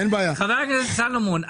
נלחמים בהון השחור,